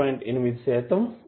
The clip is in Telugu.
8 శాతం వస్తుంది